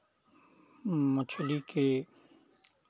मछली के